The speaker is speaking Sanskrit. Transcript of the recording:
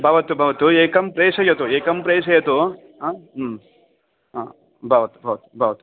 भवतु भवतु एकं प्रेषयतु एकं प्रेषयतु आं आं भवतु भवतु भवतु